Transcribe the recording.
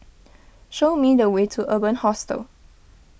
show me the way to Urban Hostel